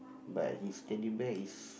but his Teddy Bear is